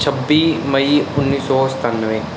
ਛੱਬੀ ਮਈ ਉੱਨੀ ਸੌ ਸਤਾਨਵੇਂ